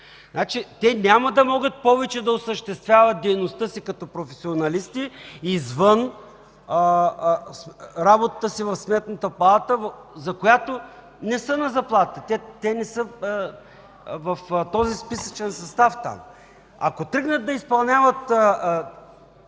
Те няма да могат повече да осъществяват дейността си като професионалисти извън работата си в Сметната палата, за която не са на заплата. Те не са в този списъчен състав там. Ако тръгнат да изпълняват